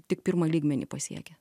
tik pirmą lygmenį pasiekia